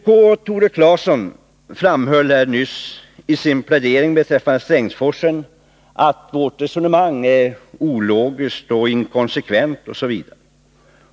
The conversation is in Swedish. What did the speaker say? Tore Claeson, vpk, påstod här nyss i sin plädering beträffande Strängsforsen att vårt resonemang är ologiskt, inkonsekvent m.m.